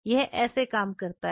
यह ऐसे काम करता है